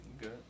Good